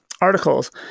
articles